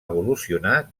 evolucionar